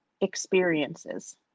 experiences